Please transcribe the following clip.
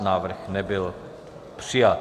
Návrh nebyl přijat.